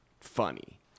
funny